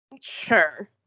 Sure